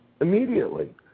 immediately